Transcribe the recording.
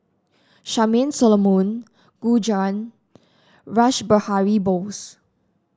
Charmaine Solomon Gu Juan Rash Behari Bose